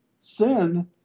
Sin